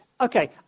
Okay